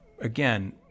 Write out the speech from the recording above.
Again